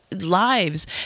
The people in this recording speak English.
lives